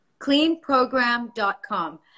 Cleanprogram.com